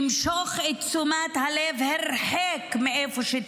למשוך את תשומת הלב הרחק מאיפה שהיא